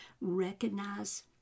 recognize